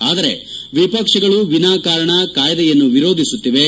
ಆದರೆವಿಪಕ್ಷಗಳು ವಿನಾಕಾರಣ ಕಾಯ್ದೆಯನ್ನು ವಿರೋಧಿಸುತ್ತಿವೆ